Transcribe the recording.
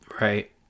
right